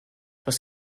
was